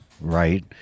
right